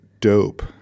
dope